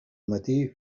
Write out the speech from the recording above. matí